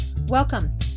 Welcome